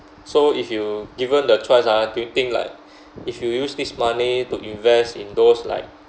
so if you given the choice ah do you think like if you use this money to invest in those like